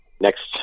next